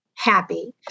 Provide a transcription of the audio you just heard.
happy